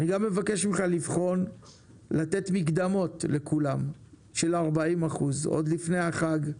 אני גם מבקש ממך לבחון לתת מקדמות לכולם של 40% עוד לפני החג,